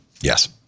Yes